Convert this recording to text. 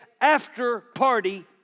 after-party